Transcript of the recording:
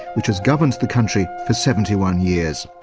which has governed the country for seventy one years.